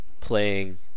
playing